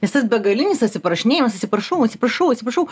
nes tas begalinis atsiprašinėjimas atsiprašau atsiprašau atsiprašau